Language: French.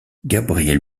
gabriel